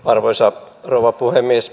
arvoisa rouva puhemies